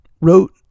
wrote